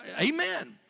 Amen